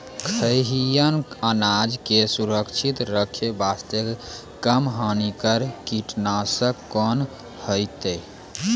खैहियन अनाज के सुरक्षित रखे बास्ते, कम हानिकर कीटनासक कोंन होइतै?